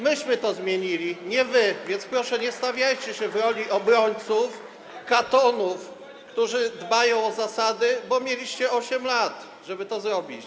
Myśmy to zrobili, nie wy, więc proszę, nie stawiajcie się w roli obrońców, katonów, którzy dbają o zasady, bo mieliście 8 lat, żeby to zrobić.